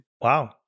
wow